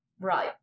Right